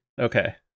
Okay